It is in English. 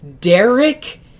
Derek